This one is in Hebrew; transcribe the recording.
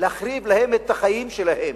להחריב להם את החיים שלהם?